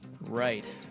Right